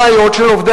כחלון, אדוני